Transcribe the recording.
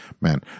man